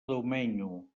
domenyo